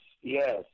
yes